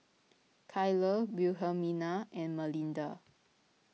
Kylah Wilhelmina and Malinda